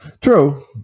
True